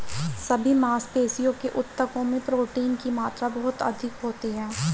सभी मांसपेशियों के ऊतकों में प्रोटीन की मात्रा बहुत अधिक होती है